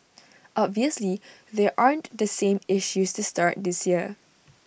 obviously there aren't the same issues to start this year